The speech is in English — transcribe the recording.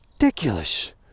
ridiculous